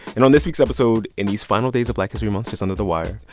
and on this week's episode in these final days of black history month just under the wire,